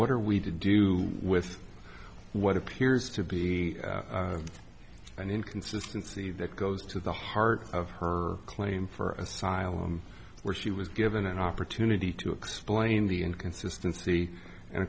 what are we to do with what appears to be an inconsistency that goes to the heart of her claim for asylum where she was given an opportunity to explain the inconsistency and